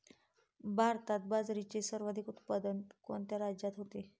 भारतात बाजरीचे सर्वाधिक उत्पादन कोणत्या राज्यात होते?